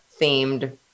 themed